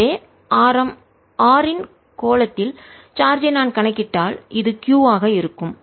எனவே ஆரம் r இன் கோளத்தில் சார்ஜ் ஐ நான் கணக்கிட்டால் இது q ஆக இருக்கும்